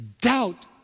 doubt